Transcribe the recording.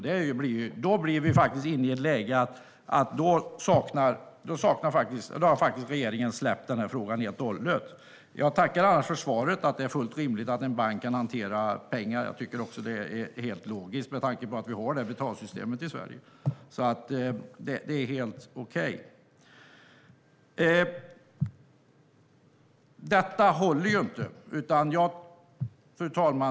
Då hamnar vi faktiskt i ett läge där regeringen har släppt frågan helt och hållet. Jag tackar annars för svaret att det är fullt rimligt att en bank kan hantera pengar. Det tycker jag också är helt logiskt med tanke på att vi har det betalsystemet i Sverige. Det är alltså helt okej. Detta håller ju inte, fru talman.